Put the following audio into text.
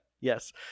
yes